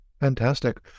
Fantastic